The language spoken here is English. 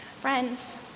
Friends